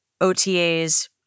OTAs